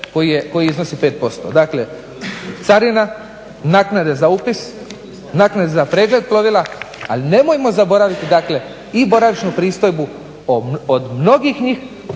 koji iznosi 5%. Dakle, carina, naknade za upis, naknade za pregled plovila, ali nemojmo zaboraviti dakle i boravišnu pristojbu od mnogih njih